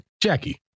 Jackie